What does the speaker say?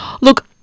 Look